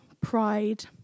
pride